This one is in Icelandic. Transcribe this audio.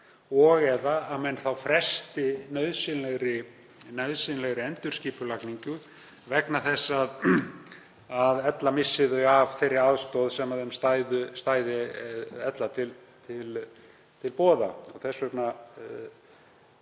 og/eða að menn fresti nauðsynlegri endurskipulagningu vegna þess að ella missi þau af þeirri aðstoð sem þeim stæði ella til boða.